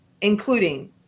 including